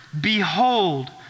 Behold